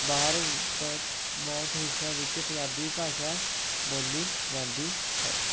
ਬਾਹਰ ਬਹੁਤ ਹਿੱਸਿਆਂ ਵਿੱਚ ਪੰਜਾਬੀ ਭਾਸ਼ਾ ਬੋਲੀ ਜਾਂਦੀ ਹੈ